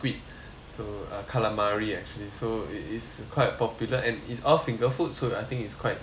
so calamari actually so it is quite popular and it's all finger food so I think it's quite easy to eat